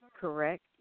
correct